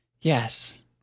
Yes